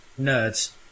nerds